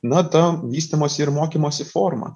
na ta vystymosi ir mokymosi forma